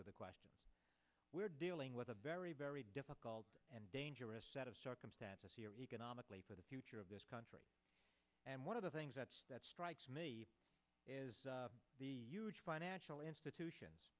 to the question we're dealing with a very very difficult and dangerous set of circumstances economically for the future of this country and one of the things that strikes me is the huge financial institutions